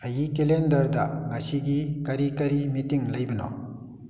ꯑꯩꯒꯤ ꯀꯦꯂꯦꯟꯗꯔꯗ ꯉꯁꯤꯒꯤ ꯀꯔꯤ ꯀꯔꯤ ꯃꯤꯇꯤꯡ ꯂꯩꯕꯅꯣ